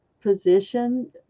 position